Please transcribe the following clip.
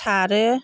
सारो